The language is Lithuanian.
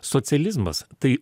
socializmas tai